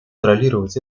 контролировать